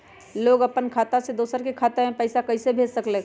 लोग अपन खाता से दोसर के खाता में पैसा कइसे भेज सकेला?